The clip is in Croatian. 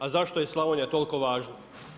A zašto je Slavonija toliko važna?